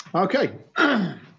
Okay